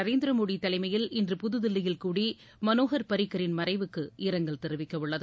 நரேந்திர மோடி தலைமையில் இன்று புதுதில்லியில் கூடி மனோகர் பாரிக்கரின் மறைவுக்கு இரங்கல் தெரிவிக்கவுள்ளது